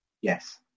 Yes